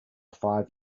five